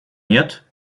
нет